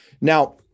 Now